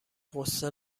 قصه